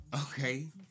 okay